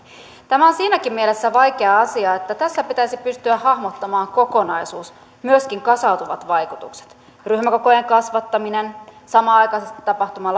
tämä on siinäkin mielessä vaikea asia että tässä pitäisi pystyä hahmottamaan kokonaisuus myöskin kasautuvat vaikutukset ryhmäkokojen kasvattaminen samanaikaisesti tapahtuva